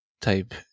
type